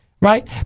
right